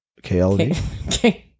KLD